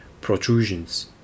protrusions